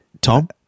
Tom